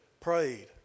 prayed